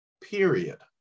Period